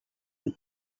they